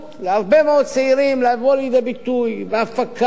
להרבה מאוד צעירים לבוא לידי ביטוי בהפקה,